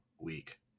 week